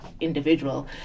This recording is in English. individual